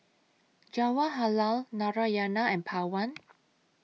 Jawaharlal Narayana and Pawan